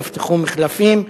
נפתחו מחלפים,